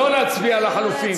לא להצביע לחלופין.